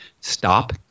stop